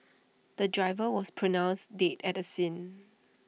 the driver was pronounced dead at the scene